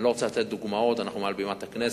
אני לא רוצה לתת דוגמאות, אנחנו מעל בימת הכנסת,